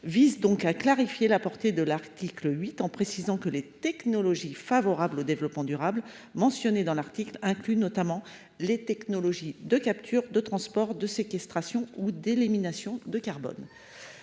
vise donc à clarifier la portée de l'article 8, en précisant que les technologies favorables au développement durable mentionnés dans l'article incluent notamment les technologies de capture de transport de séquestration ou d'élimination de carbone.